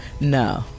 No